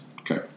Okay